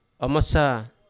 amasa